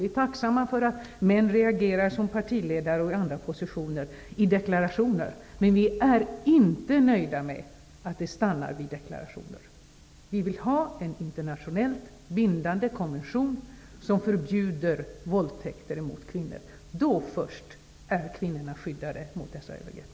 Vi är tacksamma för att män -- partiledare och män i andra positioner -- reagerar i deklarationer, men vi är inte nöjda med att det stannar vid deklarationer. Vi vill ha en internationellt bindande konvention som förbjuder våldtäkter mot kvinnor. Då först är kvinnorna skyddade mot dessa övergrepp.